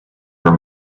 her